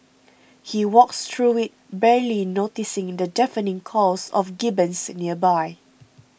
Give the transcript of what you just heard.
he walks through it barely noticing in the deafening calls of gibbons nearby